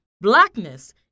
blackness